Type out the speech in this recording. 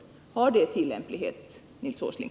Har dessa uttalanden tillämplighet i detta sammanhang, Nils Åsling?